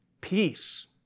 Peace